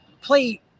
play